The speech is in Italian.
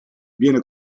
viene